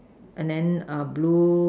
and then uh blue